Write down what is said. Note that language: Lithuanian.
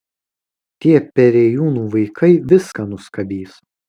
tie perėjūnų vaikai viską nuskabys